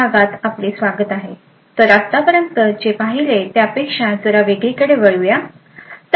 तर आत्तापर्यंत जे पाहिले त्यापेक्षा जरा वेगळी कडे वळूया